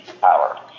power